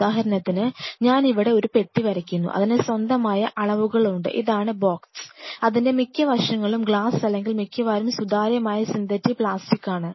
ഉദാഹരണത്തിന് ഞാൻ ഇവിടെ ഒരു പെട്ടി വരയ്ക്കുന്നു അതിന് സ്വന്തമായ അളവുകളുണ്ട് ഇതാണ് ബോക്സ് അതിൻറെ മിക്ക വശങ്ങളും ഗ്ലാസ് അല്ലെങ്കിൽ മിക്കവാറും സുതാര്യമായ സിന്തറ്റിക് പ്ലാസ്റ്റികാണ്